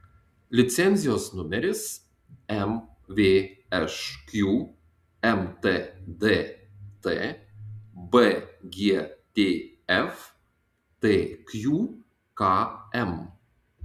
licenzijos numeris mvšq mtdt bgtf tqkm